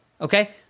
okay